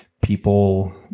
people